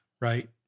right